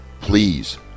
please